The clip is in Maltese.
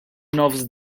nofs